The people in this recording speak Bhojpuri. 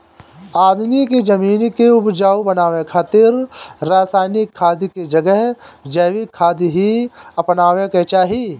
आदमी के जमीन के उपजाऊ बनावे खातिर रासायनिक खाद के जगह जैविक खाद ही अपनावे के चाही